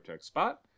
spot